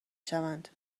شوند